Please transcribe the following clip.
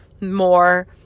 more